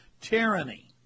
tyranny